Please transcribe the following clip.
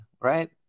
right